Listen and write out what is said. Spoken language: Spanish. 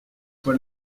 por